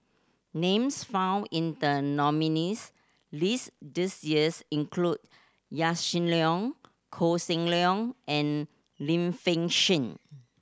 names found in the nominees' list this years include Yaw Shin Leong Koh Seng Leong and Lim Fei Shen